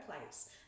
place